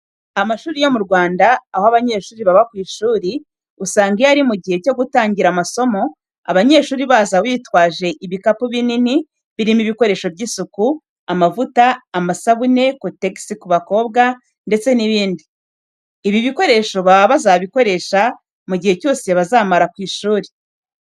Amashuri yo mu Rwanda aho abanyeshuri baba ku ishuri, usanga iyo ari igihe cyo gutangira amasomo, abanyeshuri baza bitwaje ibikapu binini birimo ibikoresho by'isuku, amavuta, amasabune, kotegisi ku bakobwa, ndetse n'ibindi. Ibi bikoresho baba bazabikoresha mu gihe cyose bazamara ku ishuri.